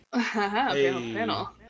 panel